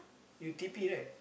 you T_P right